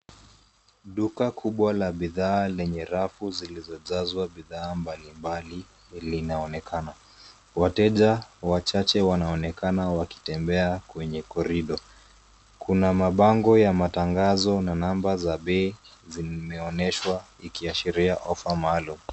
Duka kubwa la bidhaa lenye rafu zilizojazwa bidhaa mbalimbali, linaonekana. Wateja wachache wanaonekana wakitembea kwenye corridor . Kuna mabango ya matangazo na namba za bei zimeonyeshwa, ikiashiria ofa maalum.